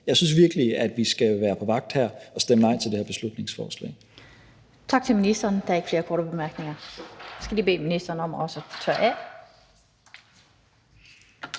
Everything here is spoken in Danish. Jeg synes virkelig, at vi skal være på vagt her og stemme nej til det her beslutningsforslag.